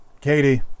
Katie